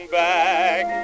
back